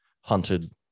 hunted